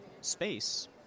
space